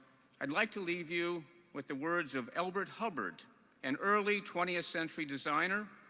i'd like to leave you with the words of elbert hubbard an early twentieth century designer,